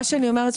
מה שאני אומרת,